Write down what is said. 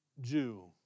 Jew